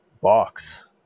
box